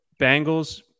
Bengals